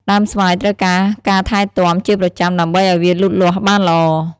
ដើមស្វាយត្រូវការការថែទាំជាប្រចាំដើម្បីឲ្យវាលូតលាស់បានល្អ។